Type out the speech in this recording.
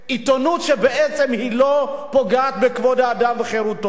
עיתונות שבעצם לא פוגעת בכבוד האדם וחירותו.